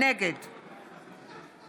נגד